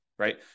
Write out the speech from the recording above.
right